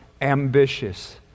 ambitious